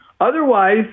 Otherwise